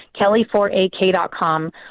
kelly4ak.com